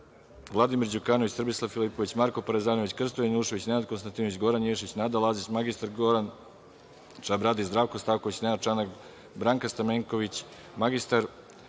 Vladimir Đukanović, Srbislav Filipović, Marko Parezanović, Krsto Janjušević, Nenad Konstantinović, Goran Ješić, Nada Lazić, mr Goran Čabradi, Zdravko Stanković, Nenad Čanak, Branka Stamenković, mr